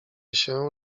się